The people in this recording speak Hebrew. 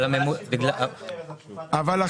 אני